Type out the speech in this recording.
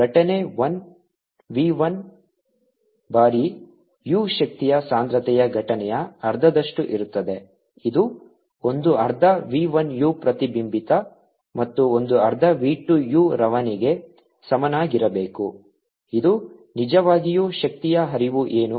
ಘಟನೆ 1 v 1 ಬಾರಿ u ಶಕ್ತಿಯ ಸಾಂದ್ರತೆಯ ಘಟನೆಯ ಅರ್ಧದಷ್ಟು ಇರುತ್ತದೆ ಇದು ಒಂದು ಅರ್ಧ v 1 u ಪ್ರತಿಬಿಂಬಿತ ಮತ್ತು ಒಂದು ಅರ್ಧ v 2 u ರವಾನೆಗೆ ಸಮನಾಗಿರಬೇಕು ಇದು ನಿಜವಾಗಿಯೂ ಶಕ್ತಿಯ ಹರಿವು ಏನು